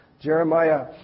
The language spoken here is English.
Jeremiah